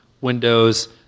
windows